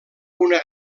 una